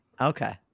Okay